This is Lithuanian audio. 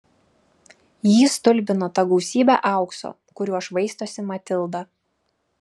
jį stulbino ta gausybė aukso kuriuo švaistosi matilda